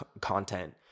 content